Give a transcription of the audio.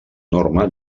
norma